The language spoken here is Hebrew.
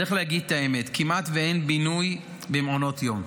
צריך להגיד את האמת: כמעט אין בינוי במעונות יום.